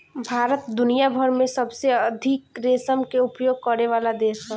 भारत दुनिया भर में सबसे अधिका रेशम के उपयोग करेवाला देश ह